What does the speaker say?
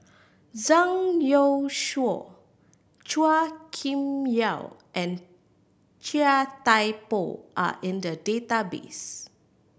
Zhang Youshuo Chua Kim Yeow and Chia Thye Poh are in the database